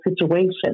situation